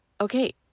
okay